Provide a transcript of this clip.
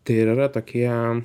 tai ir yra tokie